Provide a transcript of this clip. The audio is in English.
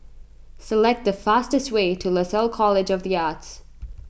select the fastest way to Lasalle College of the Arts